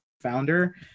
founder